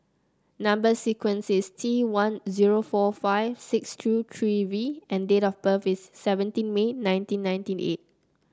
number sequence is T one zero four five six two three V and date of birth is seventeen May nineteen ninety eight